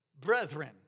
Brethren